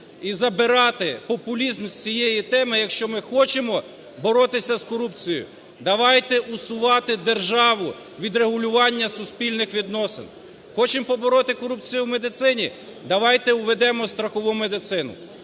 і забирати популізм з цієї теми, якщо ми хочемо боротися з корупцією, давайте усувати державу від регулювання суспільних відносин. Хочемо побороти корупцію у медицині – давайте введемо страхову медицину.